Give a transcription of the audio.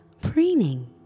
preening